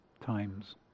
times